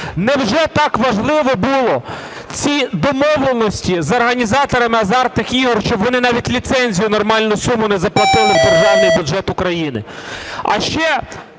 Невже так важливо було ці домовленості з організаторами азартних ігор, щоб вони навіть ліцензію нормальну суму не заплатили в Державний бюджет України? А ще